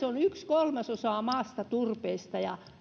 on yksi kolmasosa maasta turpeesta ja